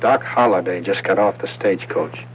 doc holliday just cut off the stage coach